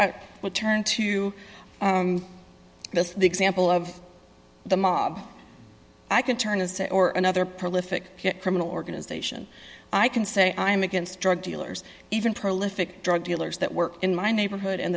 it would turn to this the example of the mob i can turn to say or another prolific criminal organization i can say i'm against drug dealers even prolific drug dealers that work in my neighborhood and